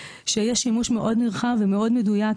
שיש שימוש מאוד נרחב ומאוד מדויק,